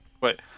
Wait